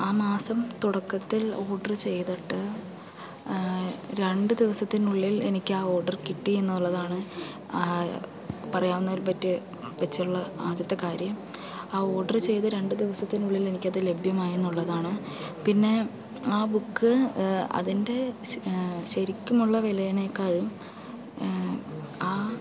ആ മാസം തുടക്കത്തിൽ ഓർഡറ് ചെയ്തിട്ട് രണ്ട് ദിവസത്തിനുള്ളിൽ എനിക്കാ ഓർഡറ് കിട്ടീന്നൊള്ളതാണ് പറയാൻ പറ്റിയ വച്ചുള്ള ആദ്യത്തെ കാര്യം ആ ഓർഡറ് ചെയ്ത് രണ്ട് ദിവസത്തിനുള്ളിൽ എനിക്കത് ലഭ്യമായി എന്നുള്ളതാണ് പിന്നെ ആ ബുക്ക് അതിൻ്റെ ശരിക്കുമുള്ള വിലേനെക്കാളും